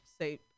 say –